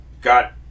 got